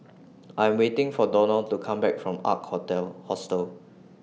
I Am waiting For Donal to Come Back from Ark Hostel